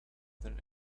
than